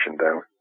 down